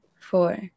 four